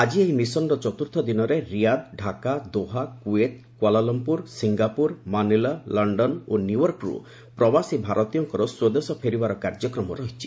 ଆଜି ଏହି ମିଶନର ଚତ୍ରର୍ଥ ଦିନରେ Riyadh Dhaka Doha Kuwait Kuala Lumpur Singapore Manila London ଓ ନ୍ୟୁୟର୍କରୁ ପ୍ରବାସୀ ଭାରତୀୟଙ୍କର ସ୍ୱଦେଶ ଫେରିବାର କାର୍ଯ୍ୟକ୍ରମ ରହିଛି